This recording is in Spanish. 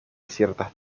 ciertas